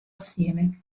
assieme